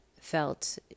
felt